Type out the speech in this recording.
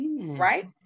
Right